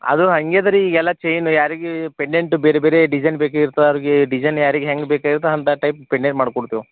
ಅದು ಹಂಗ್ಯದ ರೀ ಈಗ ಎಲ್ಲ ಚೈನು ಯಾರಿಗೆ ಪೆಂಡೆಂಟು ಬೇರೆ ಬೇರೆ ಡಿಝೈನ್ ಬೇಕಾಗಿರ್ತದ ಅವ್ರಿಗೆ ಡಿಝೈನ್ ಯಾರಿಗೆ ಹ್ಯಾಂಗ ಬೇಕಾಗಿರ್ತ ಅಂಥ ಟೈಪ್ ಪೆಂಡೆಂಟ್ ಮಾಡಿ ಕೊಡ್ತೇವು